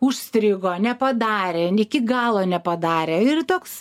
užstrigo nepadarė iki galo nepadarė ir toks